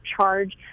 charge